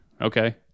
Okay